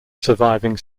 surviving